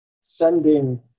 sending